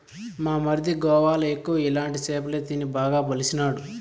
మా మరిది గోవాల ఎక్కువ ఇలాంటి సేపలే తిని బాగా బలిసినాడు